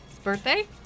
birthday